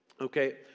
okay